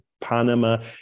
Panama